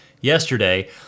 yesterday